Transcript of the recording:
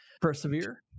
persevere